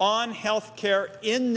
on health care in